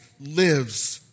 lives